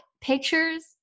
pictures